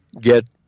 get